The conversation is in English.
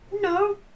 No